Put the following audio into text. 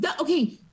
Okay